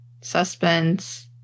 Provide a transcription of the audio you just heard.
suspense